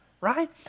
Right